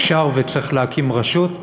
אפשר וצריך להקים רשות,